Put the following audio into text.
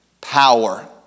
power